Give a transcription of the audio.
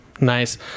nice